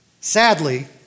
Sadly